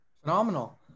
Phenomenal